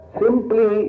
simply